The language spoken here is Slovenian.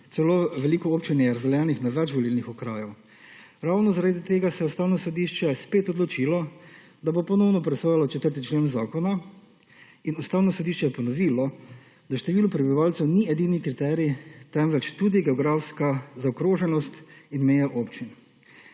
celo veliko občin je razdeljenih na več volilnih okrajev. Ravno, zaradi tega se je Ustavno sodišč spet odločilo, da bo ponovno presojalo o 4. členu zakona in Ustavno sodišče je ponovilo, da število prebivalcev ni edini kriterij temveč tudi geografska zaokroženost in meje občin.